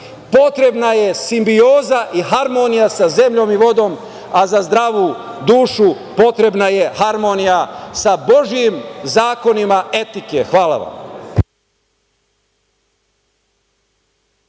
potrebna je simbioza i harmonija sa zemljom i vodom, a za zdravu dušu potrebna je harmonija sa Božijim zakonima etike. Hvala vam.